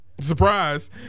Surprise